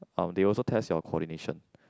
or they also test your coordination